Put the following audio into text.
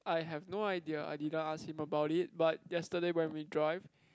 I have no idea I didn't ask him about it but yesterday when we drive